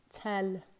tell